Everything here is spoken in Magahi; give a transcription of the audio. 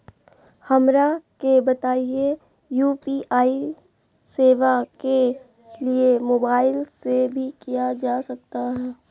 हमरा के बताइए यू.पी.आई सेवा के लिए मोबाइल से भी किया जा सकता है?